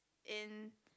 in